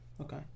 okay